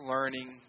Learning